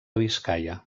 biscaia